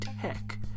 tech